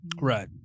Right